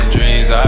Dreams